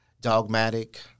dogmatic